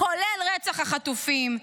כולל רצח החטופים.